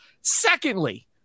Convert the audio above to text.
Secondly